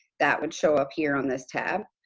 that would show up here on this tab.